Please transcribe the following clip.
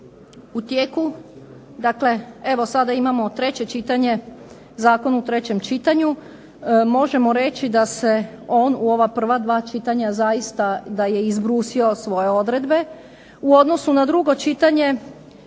U tijeku, dakle evo sada imamo treće čitanje, zakon u trećem čitanju, možemo reći da se on u ova prva dva čitanja zaista da je izbrusio svoje odredbe. U odnosu na drugo čitanje